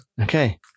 okay